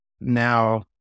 now